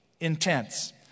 intense